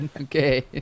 Okay